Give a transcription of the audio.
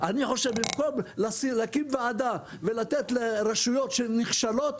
במקום להקים ועדה ולתת לרשויות נחשלות,